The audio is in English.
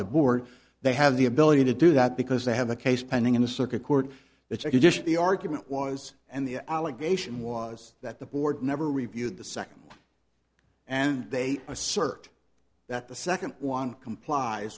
board they have the ability to do that because they have a case pending in the circuit court which i just the argument was and the allegation was that the board never reviewed the second and they assert that the second one compl